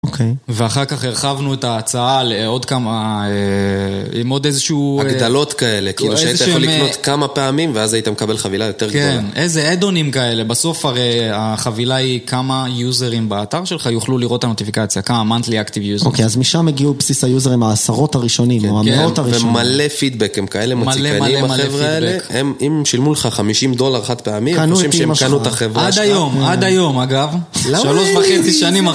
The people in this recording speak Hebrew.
ואחר כך הרחבנו את ההצעה עם עוד איזשהו... הגדלות כאלה, כאילו שהיית יכול לקנות כמה פעמים ואז היית מקבל חבילה יותר גדולה. כן, איזה עדונים כאלה. בסוף הרי החבילה היא כמה יוזרים באתר שלך יוכלו לראות את הנוטיפיקציה. כמה מונטלי אקטיב יוזרים. אוקיי, אז משם הגיעו בסיס היוזרים העשרות הראשונים, או המאות הראשונים. כן, ומלא פידבק הם כאלה מוציקנים בחבר'ה האלה. מלא מלא מלא פידבק. הם אם שילמו לך חמישים דולר חד פעמי, חושבים שהם קנו את החברה שלך. עד היום, עד היום אגב. שלוש וחצי שנים אחרי